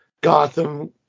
Gotham